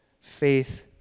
Faith